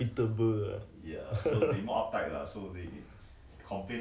same distancing also lah